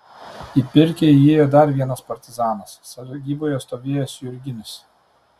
į pirkią įėjo dar vienas partizanas sargyboje stovėjęs jurginis